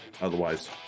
Otherwise